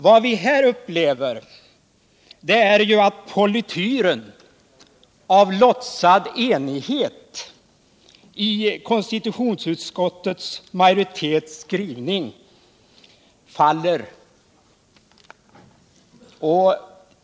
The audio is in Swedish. Vad vi här upplever är ju att polityren av låtsad enighet i konstitutionsutskottets majoritets skrivning faller av.